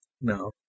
No